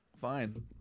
Fine